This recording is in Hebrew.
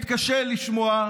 מתקשה לשמוע,